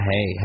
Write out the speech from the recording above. Hey